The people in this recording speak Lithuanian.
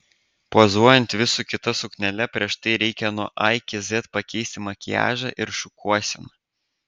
pozuojant vis su kita suknele prieš tai reikia nuo a iki z pakeisti makiažą ir šukuoseną